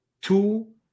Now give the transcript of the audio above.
two